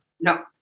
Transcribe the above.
No